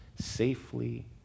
safely